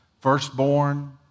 firstborn